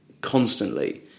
constantly